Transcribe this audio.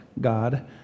God